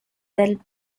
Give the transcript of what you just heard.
del